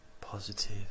positive